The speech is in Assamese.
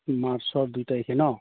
মাৰ্চৰ দুই তাৰিখে ন